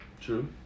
True